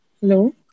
Hello